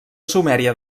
sumèria